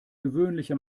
gewöhnliche